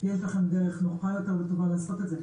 יש לכם דרך נוחה יותר וטובה לעשות את זה.